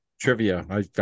trivia